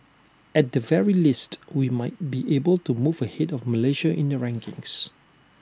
at the very least we might be able to move ahead of Malaysia in the rankings